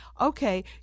Okay